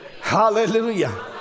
Hallelujah